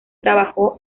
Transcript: trabajó